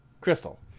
Crystal